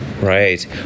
Right